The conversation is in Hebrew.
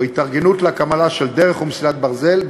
או התארגנות להקמת דרך או מסילת ברזל,